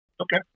Okay